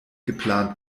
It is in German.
geplant